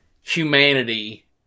humanity